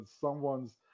someone's